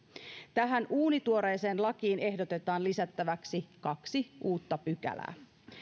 tähän uunituoreeseen lakiin ehdotetaan lisättäväksi kaksi uutta pykälää